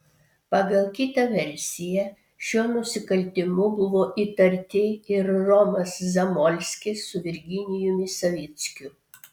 pagal kitą versiją šiuo nusikaltimu buvo įtarti ir romas zamolskis su virginijumi savickiu